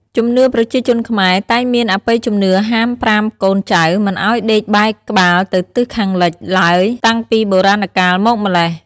ជំនឿប្រជាជនខ្មែរ តែងមានអបិយជំនឿហាមប្រាមកូនចៅមិនឱ្យដេកបែរក្បាលទៅទិសខាងលិចឡើយតាំងពីបុរាណកាលមកម្ល៉េះ។